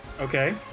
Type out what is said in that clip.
Okay